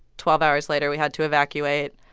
twelve hours later, we had to evacuate,